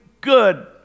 good